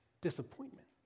disappointment